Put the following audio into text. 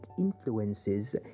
influences